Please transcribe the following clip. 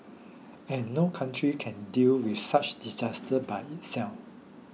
and no country can deal with such disasters by itself